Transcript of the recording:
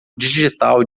digital